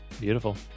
beautiful